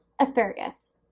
asparagus